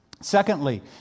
Secondly